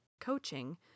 Coaching